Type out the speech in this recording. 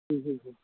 جی جی جی